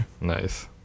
Nice